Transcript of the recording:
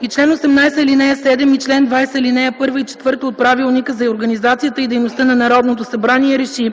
и чл. 18, ал. 7, и чл. 20, ал. 1 и ал. 4 от Правилника за организацията и дейността на Народното събрание реши: